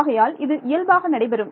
ஆகையால் இது இயல்பாக நடைபெறும்